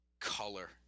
color